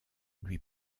lui